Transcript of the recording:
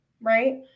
right